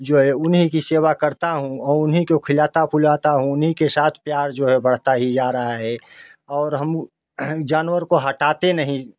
जो है उन्हीं की सेवा करता हूँ और उन्हीं को खिलाता फूलाता हूँ उन्हीं के साथ प्यार जो बढ़ता ही जा रहा है और हम जानवर को हटाते नहीं